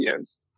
videos